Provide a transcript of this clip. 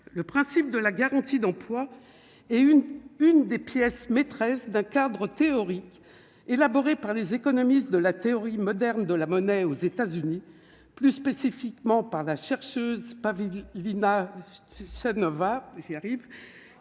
le principe de la garantie d'emploi et une une des pièces maîtresses d'un cadre théorique élaboré par les économistes de la théorie moderne de la monnaie aux États-Unis, plus spécifiquement par la chercheuse pas l'Nova.